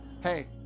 Hey